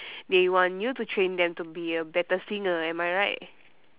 they want you to train them to be a better singer am I right